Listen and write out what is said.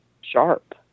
sharp